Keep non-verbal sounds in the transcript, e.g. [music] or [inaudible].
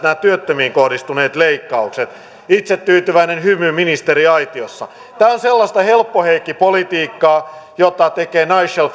[unintelligible] nämä työttömiin kohdistuneet leikkaukset itsetyytyväinen hymy ministeriaitiossa tämä on sellaista helppoheikkipolitiikkaa jota tekevät nigel